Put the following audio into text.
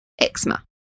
eczema